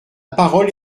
parole